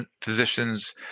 Physicians